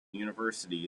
university